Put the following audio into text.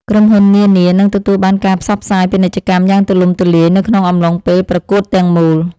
ក្រុមហ៊ុននានានឹងទទួលបានការផ្សព្វផ្សាយពាណិជ្ជកម្មយ៉ាងទូលំទូលាយនៅក្នុងអំឡុងពេលប្រកួតទាំងមូល។